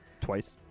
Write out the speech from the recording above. Twice